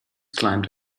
climbed